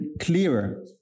clearer